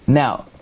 now